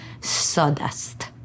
Sawdust